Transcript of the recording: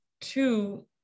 Two